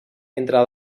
entre